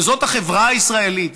וזאת החברה הישראלית,